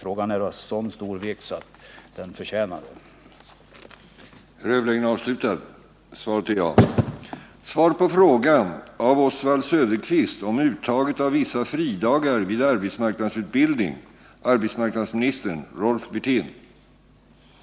Frågan är av så stor vikt att den förtjänar detta.